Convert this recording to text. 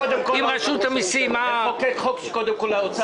אתם חיכיתם לתוצאות חקירה?